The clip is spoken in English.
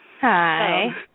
Hi